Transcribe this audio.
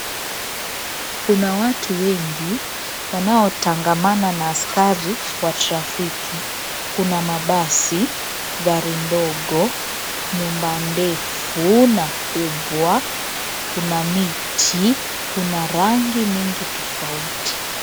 Kuna watu wengi wanaotangamana na askari wa trafiki. Kuna mabasi, gari ndogo, nyumba ndefu na kubwa, kuna miti, kuna rangi mingi tofauti.